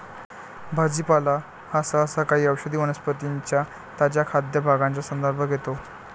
भाजीपाला हा सहसा काही औषधी वनस्पतीं च्या ताज्या खाद्य भागांचा संदर्भ घेतो